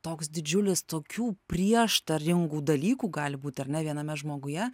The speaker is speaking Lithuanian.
toks didžiulis tokių prieštaringų dalykų gali būt ar ne viename žmoguje